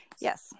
Yes